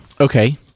Okay